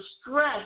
stress